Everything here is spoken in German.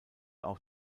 auch